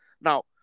Now